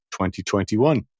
2021